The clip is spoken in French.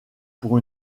pour